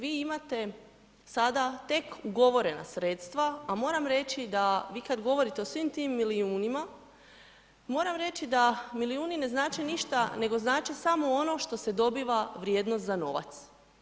Vi imate sada tek ugovorena sredstva, a moram reći da vi kada govorite o svim tim milijunima moram reći da milijuni ne znače ništa nego znače samo ono što se dobiva vrijednost za novac.